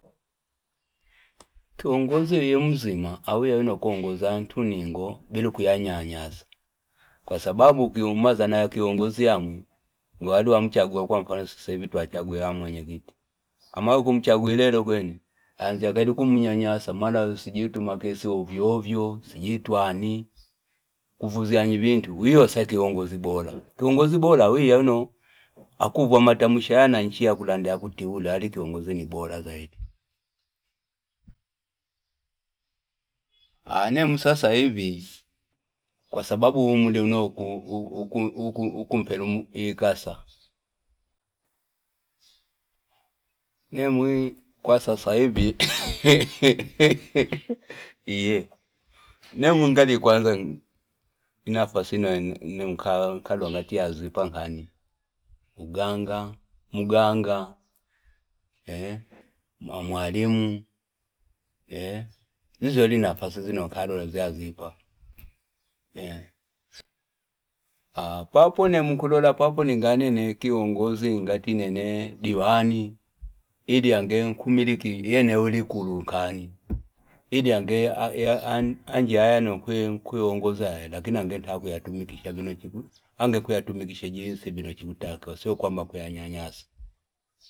Kiongozi uwiya umuzima awiya wine akuongoza antu ningo bila kunyanyasa kwa sababu kiumazana yakiongozi yamwingi waliwamchagua vino likwene twachagula ya mwenyekiti amala ukumchagula ilelo kwene aanzya kaili kumnyanyasa sijui tumakesi ovyp ovyo sijui twani kuvuzyanya vintu wiyo asa kiongozi bora kiongozi bora awiya wino akuvuvwa matamshi ya yananchi yakuti uli ali kiongozi bora zaidi aa nemwi sasa ivi kwasababu umri auno ukumpela ikasa nemwi kwa sasa hivi inafasi ino nkalola ngati yazipa nkani mganga, mwalimu eee zizyo ali nafasizino nkalola zyazipa papo nemwi nkulola ngati ningaya kiongozi ngati nene diwani ili ange nkumiliki ieneno nikulu nkani ili ange anji yaya yano nkuyongoza yaya lakini angentakuyatumikisha ikani angekuyatumikisha jinsi vino chikutakiwa sio kwamba nkuyanyanyasa.